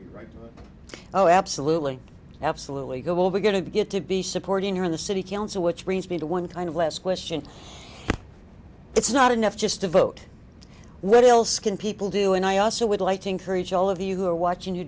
write oh absolutely absolutely go well we're going to get to be supporting her in the city council which brings me to one kind of last question it's not enough just to vote what else can people do and i also would like to encourage all of you who are watching you